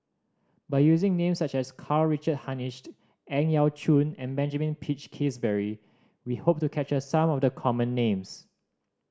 by using names such as Karl Richard Hanitsch Ang Yau Choon and Benjamin Peach Keasberry we hope to capture some of the common names